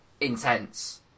intense